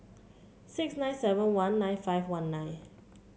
six nine seven one nine five one nine